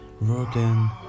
Working